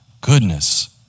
Goodness